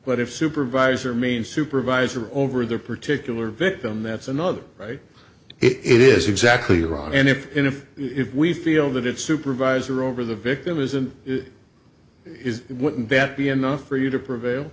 but if supervisor means supervisor over their particular victim that's another right it is exactly wrong and if if if we feel that it's supervisor over the victim isn't it is wouldn't that be enough for you to prevail